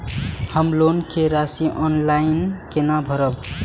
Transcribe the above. हम लोन के राशि ऑनलाइन केना भरब?